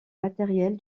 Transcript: matériels